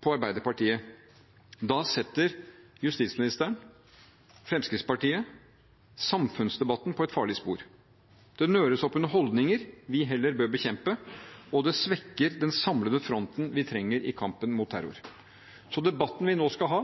på Arbeiderpartiet, setter justisministeren og Fremskrittspartiet samfunnsdebatten på et farlig spor. Det nøres opp under holdninger vi heller bør bekjempe, og det svekker den samlede fronten vi trenger i kampen mot terror. Debatten vi nå skal ha,